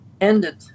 ended